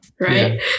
right